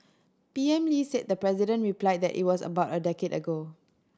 P M Lee said the president replied that it was about a decade ago